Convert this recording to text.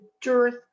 dearth